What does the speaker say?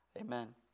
Amen